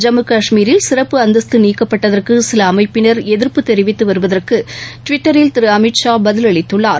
ஜம்மு காஷ்மீரில் சிறப்பு அந்தஸ்த்து நீக்கப்பட்டதற்கு சில அமைப்பினர் எதிர்ப்பு தெரிவித்து வருவதற்கு டுவிட்டரில் திரு அமித் ஷா பதில் அளித்துள்ளார்